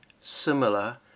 similar